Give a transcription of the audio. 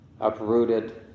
uprooted